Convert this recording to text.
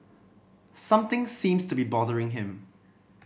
something seems to be bothering him